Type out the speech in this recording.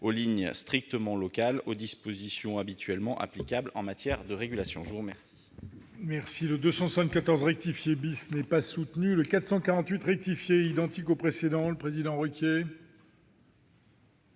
les lignes strictement locales, du champ des dispositions habituellement applicables en matière de régulation.